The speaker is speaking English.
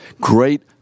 great